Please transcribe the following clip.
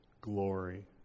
glory